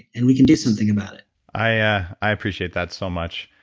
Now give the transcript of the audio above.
and we can do something about it i i appreciate that so much.